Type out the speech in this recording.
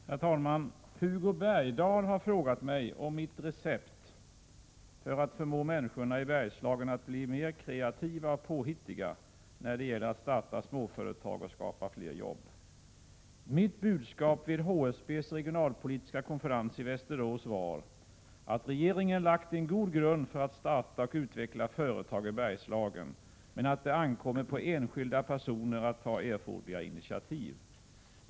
Herr talman! Hugo Bergdahl har frågat mig om mitt recept för att förmå människorna i Bergslagen att bli mer kreativa och påhittiga när det gäller att starta småföretag och skapa fler jobb. Mitt budskap vid HSB:s regionalpolitiska konferens i Västerås var att regeringen lagt en god grund för att starta och utveckla företag i Bergslagen, men att det ankommer på enskilda personer att ta erforderliga initiativ.